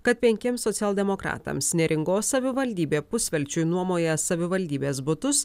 kad penkiems socialdemokratams neringos savivaldybė pusvelčiui nuomoja savivaldybės butus